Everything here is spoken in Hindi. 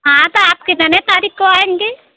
हाँ तो आप कितने तारीख को आएँगी